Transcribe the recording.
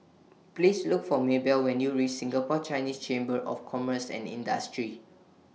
Please Look For Mabell when YOU REACH Singapore Chinese Chamber of Commerce and Industry